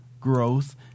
growth